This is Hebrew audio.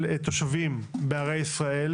תושבים בערי ישראל